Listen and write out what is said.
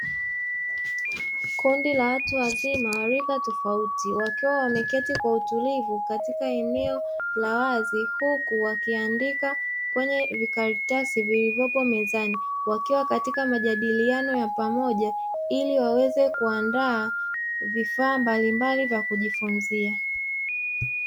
Kundi la watu wazima wa rika tofauti, wakiwa wameketi kwa utulivu katika eneo la wazi, huku wakiandika kwenye vikaratasi vilivyopo mezani. Wakiwa katika majadiliano ya pamoja ili waweze kuandaa vifaa mbalimbali vya kujifunzia.